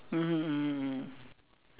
mmhmm mmhmm mm